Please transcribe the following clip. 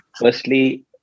Firstly